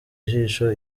ijisho